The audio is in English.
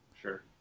sure